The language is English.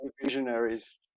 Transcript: Visionaries